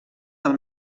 del